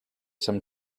some